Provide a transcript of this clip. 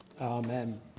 Amen